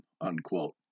unquote